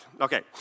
Okay